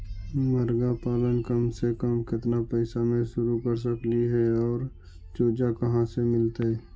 मरगा पालन कम से कम केतना पैसा में शुरू कर सकली हे और चुजा कहा से मिलतै?